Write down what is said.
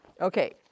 Okay